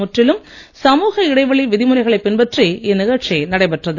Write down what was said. முற்றிலும் சமூக இடைவெளி விதிமுறைகளைப் பின்பற்றி இந்நிகழ்ச்சி நடைபெற்றது